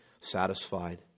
satisfied